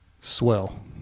Swell